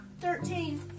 Thirteen